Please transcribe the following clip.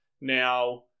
Now